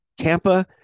Tampa